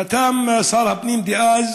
חתם שר הפנים דאז